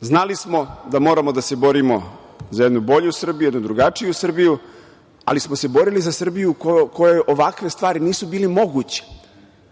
znali smo da moramo da se borimo za jednu bolju Srbiju, za jednu drugačiju Srbiju, ali smo se borili za Srbiju u kojoj ovakve stvari nisu bile moguće.